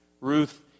Ruth